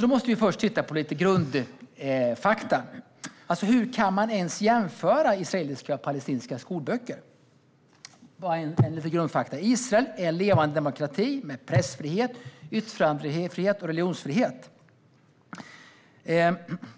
Då måste vi först titta på lite grundfakta. Hur kan man ens jämföra israeliska och palestinska skolböcker? Grundfakta är att Israel är en levande demokrati med pressfrihet, yttrandefrihet och religionsfrihet.